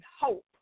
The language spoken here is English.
hope